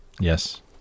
Yes